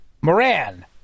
Moran